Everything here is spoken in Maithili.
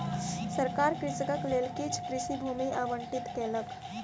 सरकार कृषकक लेल किछ कृषि भूमि आवंटित केलक